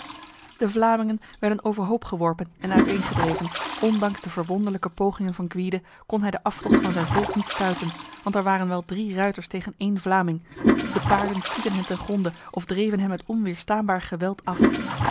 de vlamingen werden overhoopgeworpen en uiteengedreven ondanks de verwonderlijke pogingen van gwyde kon hij de aftocht van zijn volk niet stuiten want er waren wel drie ruiters tegen een vlaming de paarden stieten hen ten gronde of dreven hen met onweerstaanbaar geweld af